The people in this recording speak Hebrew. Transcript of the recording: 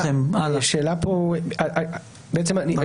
אני חושב שענית,